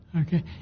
okay